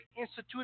Institute